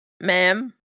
Ma'am